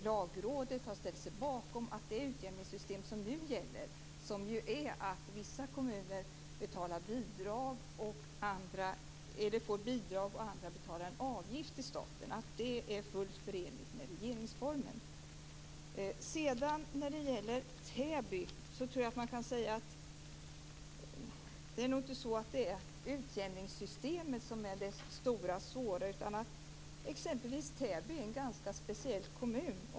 Lagrådet har ställt sig bakom att det utjämningssystem som nu gäller - som ju innebär att vissa kommuner får bidrag och andra betalar en avgift till staten - är fullt förenligt med regeringsformen. När det gäller Täby är det nog inte utjämningssystemet som är det stora svåra. Exempelvis är Täby en ganska speciell kommun.